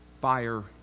fire